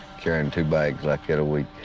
carrying two bags like that a week.